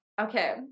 okay